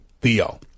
Theo